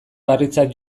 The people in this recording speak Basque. larritzat